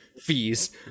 fees